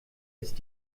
ist